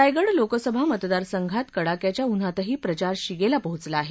रायगड लोकसभा मतदारसंघात कडाक्याच्या उन्हातही प्रचार शिगेला पोहचला आहे